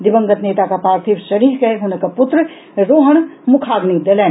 दिवंगत नेताक पार्थिव शरीर के हुनक पुत्र रोहन मुखाग्नि देलनि